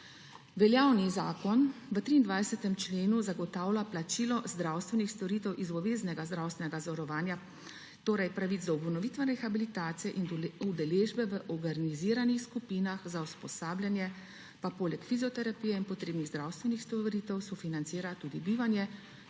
Veljavni zakon v 23. členu zagotavlja plačilo zdravstvenih storitev iz obveznega zdravstvenega zavarovanja, pravici do obnovitvene rehabilitacije in do udeležbe v organiziranih skupinah za usposabljanje pa poleg fizioterapije in potrebnih zdravstvenih storitev sofinancirata tudi bivanje,